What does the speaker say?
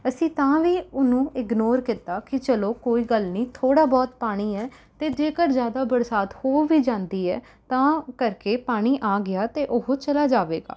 ਅਸੀਂ ਤਾਂ ਵੀ ਉਹਨੂੰ ਇਗਨੋਰ ਕੀਤਾ ਕਿ ਚਲੋ ਕੋਈ ਗੱਲ ਨਹੀਂ ਥੋੜ੍ਹਾ ਬਹੁਤ ਪਾਣੀ ਏ ਅਤੇ ਜੇਕਰ ਜ਼ਿਆਦਾ ਬਰਸਾਤ ਹੋ ਵੀ ਜਾਂਦੀ ਹੈ ਤਾਂ ਕਰਕੇ ਪਾਣੀ ਆ ਗਿਆ ਅਤੇ ਉਹ ਚਲਾ ਜਾਵੇਗਾ